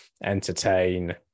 entertain